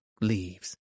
leaves